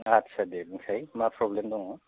आथसा दे बुंसाय मा प्रब्लेम दङ